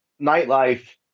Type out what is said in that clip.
nightlife